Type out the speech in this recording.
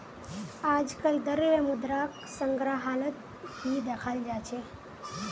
आजकल द्रव्य मुद्राक संग्रहालत ही दखाल जा छे